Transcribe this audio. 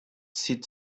sit